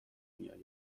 میآید